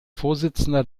vorsitzender